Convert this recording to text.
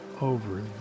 over